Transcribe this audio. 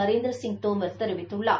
நரேந்திர சிங் தோமர் தெரிவித்துள்ளார்